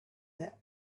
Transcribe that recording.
their